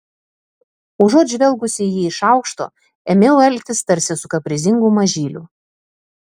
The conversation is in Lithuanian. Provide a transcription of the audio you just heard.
užuot žvelgusi į jį iš aukšto ėmiau elgtis tarsi su kaprizingu mažyliu